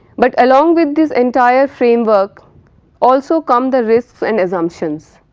but along with this entire framework also come the risks and assumptions.